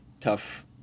tough